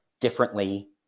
differently